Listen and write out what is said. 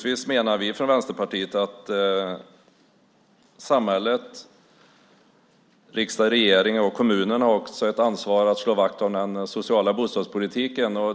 Vi från Vänsterpartiet menar att samhället, riksdag, regering och kommunerna också har ett ansvar för att slå vakt om den sociala bostadspolitiken.